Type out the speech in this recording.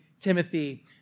Timothy